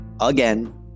again